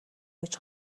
гэж